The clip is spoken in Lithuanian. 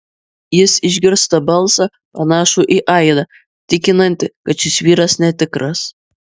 jis išgirsta balsą panašų į aidą tikinantį kad šis vyras netikras